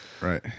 right